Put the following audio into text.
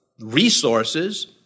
Resources